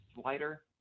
slider